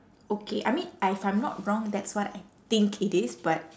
okay I mean I if I'm not wrong that's what I think it is but